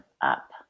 up